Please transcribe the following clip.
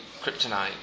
kryptonite